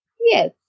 Yes